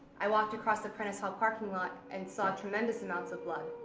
i walked across the prentice hall parking lot and saw tremendous amounts of blood.